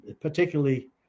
particularly